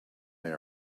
they